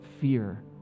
fear